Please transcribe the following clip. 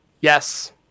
Yes